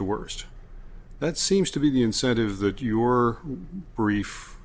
to worst that seems to be the incentive that your brief